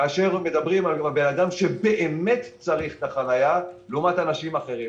כאשר מדברים על בן-אדם שבאמת צריך את החנייה לעומת אנשים אחרים.